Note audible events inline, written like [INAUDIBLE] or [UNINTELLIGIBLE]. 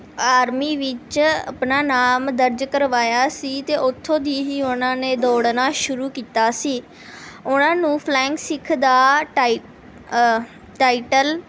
army ਵਿੱਚ ਆਪਣਾ ਨਾਮ ਦਰਜ ਕਰਵਾਇਆ ਸੀ ਅਤੇ ਉੱਥੋਂ ਦੀ ਹੀ ਉਹਨਾਂ ਨੇ ਦੌੜਨਾ ਸ਼ੁਰੂ ਕੀਤਾ ਸੀ ਉਹਨਾਂ ਨੂੰ ਫਲਾਇੰਗ ਸਿੱਖ ਦਾ [UNINTELLIGIBLE] ਟਾਈਟਲ